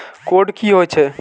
Code की होय छै?